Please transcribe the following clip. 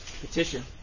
petition